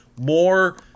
more